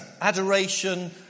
Adoration